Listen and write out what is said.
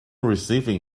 receiving